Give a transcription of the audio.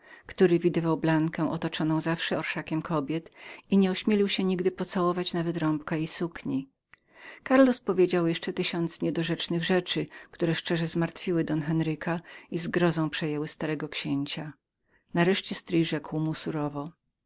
który widywał blankę otoczoną zawsze orszakiem jej kobiet i nie ośmielił się nigdy pocałować ją w rękę karlos powiedział jeszcze tysiąc niedorzecznych rzeczy które szczerze zmartwiły don henryka i zgrozą przejęły starego księcia nareszcie stryj rzekł mu surowo